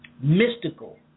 mystical